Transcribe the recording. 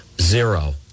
Zero